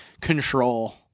control